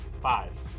five